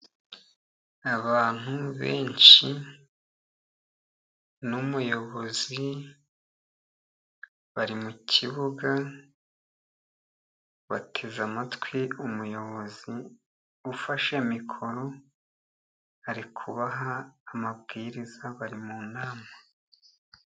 Abantu benshi n'umuyobozi bari mu kibuga bateze amatwi umuyobozi, ufashe mikoro arikuha amabwiriza bari mu nama.